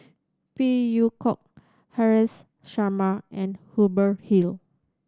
Phey Yew Kok Haresh Sharma and Hubert Hill